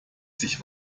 sich